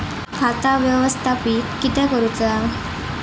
खाता व्यवस्थापित किद्यक करुचा?